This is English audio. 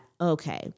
okay